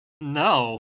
no